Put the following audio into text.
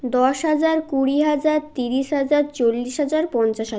দশ হাজার কুড়ি হাজার তিরিশ হাজার চল্লিশ হাজার পঞ্চাশ হা